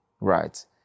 right